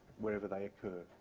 wherever they occur.